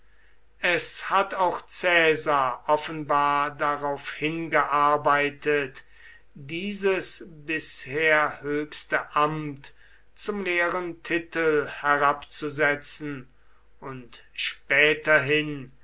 es hat auch caesar offenbar darauf hingearbeitet dieses bisher höchste amt zum leeren titel herabzusetzen und späterhin